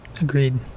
Agreed